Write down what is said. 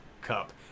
cup